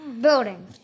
Building